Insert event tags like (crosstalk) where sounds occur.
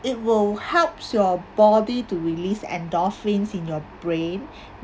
it will helps your body to release endorphins in your brain (breath)